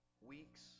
weeks